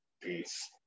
Peace